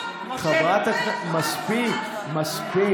בבקשה.